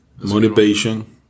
Motivation